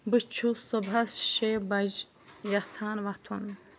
بہٕ چھُس صُبحَس شے بجہِ یژھان وَتھُن